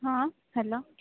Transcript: ହଁ ହେଲୋ